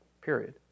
period